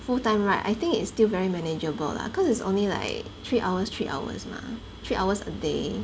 full time right I think it's still very manageable lah cause it's only like three hours three hours mah three hours a day